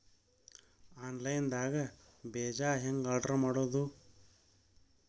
Online ದಾಗ ಬೇಜಾ ಹೆಂಗ್ ಆರ್ಡರ್ ಮಾಡೋದು?